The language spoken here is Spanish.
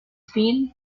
film